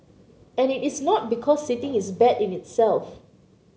and it is not because sitting is bad in itself